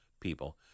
people